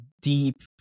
deep